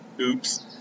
Oops